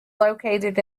located